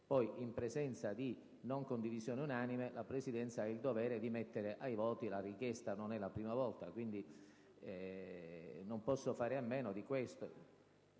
Però, in presenza di non condivisione unanime, la Presidenza ha il dovere di mettere ai voti la richiesta. Non è la prima volta. Quindi non posso farne a meno. Senatore